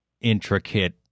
intricate